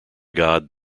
god